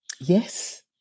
Yes